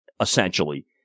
essentially